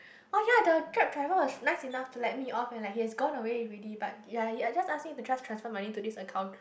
oh ya the Grab driver was nice enough to let me off and like he has gone away already but ya he just ask me to just transfer money to this account